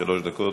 שלוש דקות.